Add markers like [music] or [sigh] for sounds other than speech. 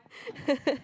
[laughs]